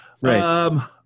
Right